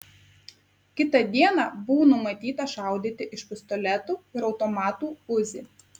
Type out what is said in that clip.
kitą dieną buvo numatyta šaudyti iš pistoletų ir automatų uzi